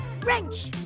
Wrench